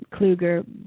Kluger